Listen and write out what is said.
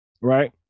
right